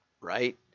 right